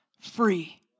free